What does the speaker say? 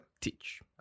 Teach